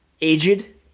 aged